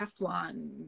Teflon